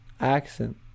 accent